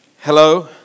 Hello